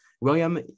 William